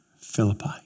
Philippi